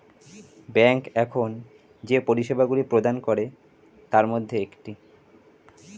bank এখন যে পরিষেবাগুলি প্রদান করে তার মধ্যে একটি